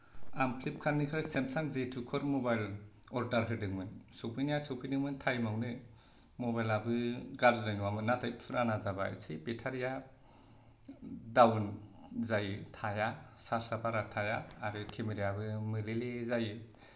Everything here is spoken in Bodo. आं फ्लिपकार्ट निफ्राय सेमसां जे टु फोर मबाइल अर्दार होदोंमोन सफैनाया सफैदोंमोन टाइम आवनो मबाइलाबो गाज्रि नङामोन नाथाय फुराना जाबा इसे बेटारिया डाउन जायो थाया चार्जा बारा थाया आरो खेमेरायाबो मोलेले जायो